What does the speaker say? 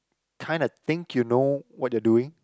kind of think you know what you are doing